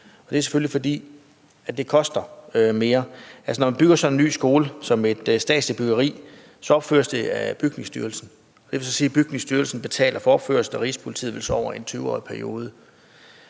det er selvfølgelig, fordi det koster mere. Når man bygger sådan en ny skole som et statsligt byggeri, opføres det af Bygningsstyrelsen, og det vil sige, at Bygningsstyrelsen betaler for opførelsen, og at Rigspolitiet over en 20-årig periode